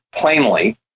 plainly